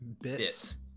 bits